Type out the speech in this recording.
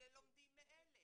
אלה לומדים מאלה,